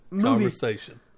conversation